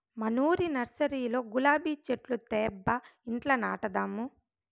మనూరి నర్సరీలో గులాబీ చెట్లు తేబ్బా ఇంట్ల నాటదాము